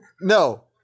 No